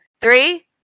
Three